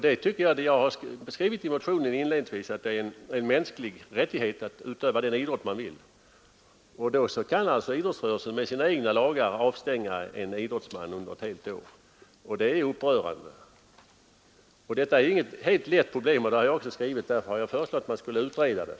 I motionen har jag inledningsvis skrivit att det är en mänsklig rättighet att utöva den idrott man vill ägna sig åt, men idrottsrörelsen kan genom sina egna lagar avstänga en idrottsman under ett helt år. Det är upprörande. Detta är inget helt lätt problem — det har jag också skrivit — och därför har jag föreslagit att man skulle utreda det.